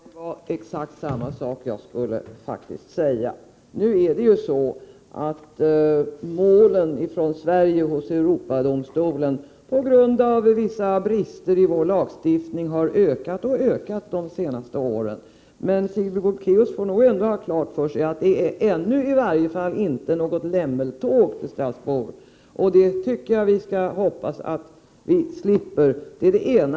Herr talman! Jag skulle faktiskt säga exakt samma sak. Antalet svenska mål i Europadomstolen har på grund av vissa brister i vår lagstiftning ökat alltmer under de senaste åren. Men Sigrid Bolkéus bör nog för det första ändå ha klart för sig att det i varje fall ännu inte går något lämmeltåg till Strasbourg. Jag hoppas också att vi slipper ett sådant.